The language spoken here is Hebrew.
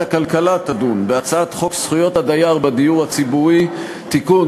הכלכלה תדון בהצעת חוק זכויות הדייר בדיור הציבורי (תיקון,